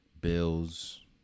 Bills